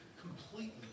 completely